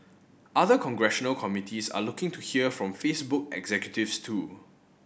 other congressional committees are looking to hear from Facebook executives too